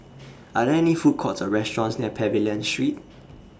Are There any Food Courts Or restaurants near Pavilion Street